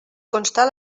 constar